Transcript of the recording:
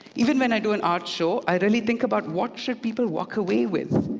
even when i do an art show, i really think about, what should people walk away with?